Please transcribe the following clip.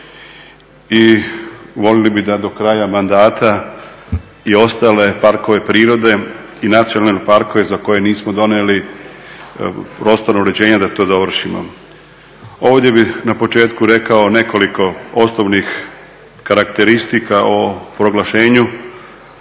i volili bi da do kraja mandata i ostale parkove prirode i nacionalne parkove za koje nismo donijeli prostorno uređenje da to dovršimo. Ovdje bih na početku rekao nekoliko osnovnih karakteristika o proglašenju